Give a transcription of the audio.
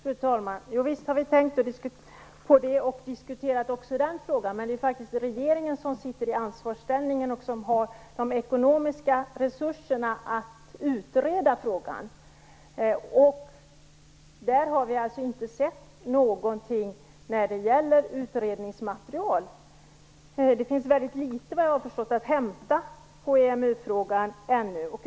Fru talman! Visst har vi tänkt på, och också diskuterat, den frågan. Men det är faktiskt regeringen som sitter i ansvarsställning och som har de ekonomiska resurserna att utreda frågan. Vi har inte sett någonting i fråga om utredningsmaterial. Där finns det, vad jag har förstått, ännu så länge väldigt litet att hämta när det gäller EMU-frågan.